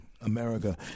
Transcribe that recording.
america